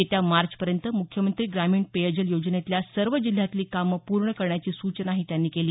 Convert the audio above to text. येत्या मार्चपर्यंत मुख्यमंत्री ग्रामीण पेयजल योजनेतल्या सर्व जिल्ह्यातली कामं पूर्ण करण्याची सूचनाही त्यांनी केली